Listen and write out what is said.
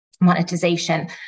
monetization